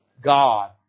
God